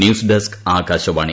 news desk Akashvani